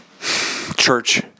Church